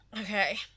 Okay